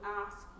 ask